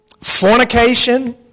Fornication